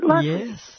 Yes